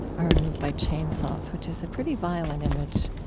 are removed by chainsaws, which is a pretty violent image.